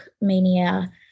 mania